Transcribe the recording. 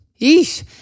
Yeesh